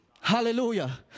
Hallelujah